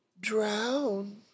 drown